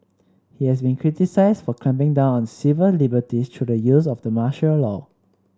he has been criticised for clamping down on civil liberties through the use of the martial law